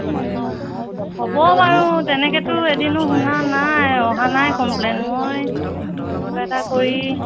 হ'ব বাৰু তেনেকৈতো এদিনো শুনা নাই অহা নাই কম্প্লেইন মই কিবা এটা কৰি